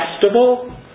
festival